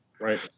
right